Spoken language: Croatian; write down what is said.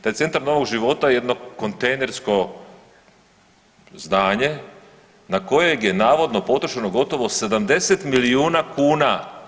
Taj centar novog života je jedno kontejnersko zdanje na kojeg je navodno potrošeno gotovo 70 milijuna kuna.